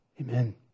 Amen